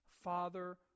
Father